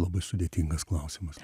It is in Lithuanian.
labai sudėtingas klausimas